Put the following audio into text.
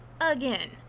again